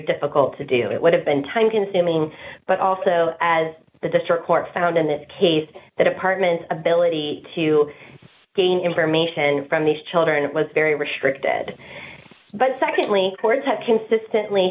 difficult to do it would have been time consuming but also as the district court found in this case the department ability to gain information from these children it was very restricted but secondly co